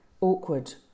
awkward